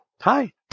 Hi